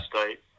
State